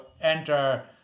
enter